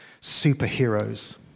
superheroes